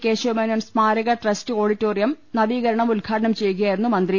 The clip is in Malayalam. കേശവമേനോൻ സ്മാരക ട്രസ്റ്റ് ഓഡിറ്റോറിയം നവീകരണം ഉദ്ഘാടനം ചെയ്യുകയായിരുന്നു മന്ത്രി